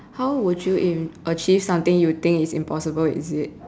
how would you a~ achieve something you think is impossible is it